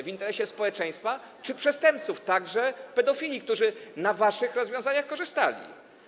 W interesie społeczeństwa czy przestępców, także pedofilów, którzy na waszych rozwiązaniach korzystali?